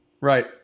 right